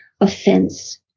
offense